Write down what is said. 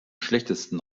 schlechtesten